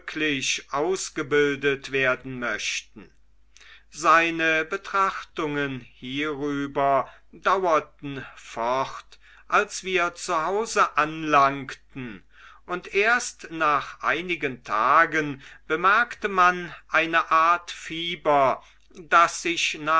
ausgebildet werden möchten seine betrachtungen hierüber dauerten fort als wir zu hause anlangten und erst nach einigen tagen bemerkte man eine art fieber das sich